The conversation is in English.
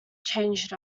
changed